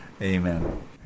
amen